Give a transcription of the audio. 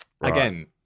Again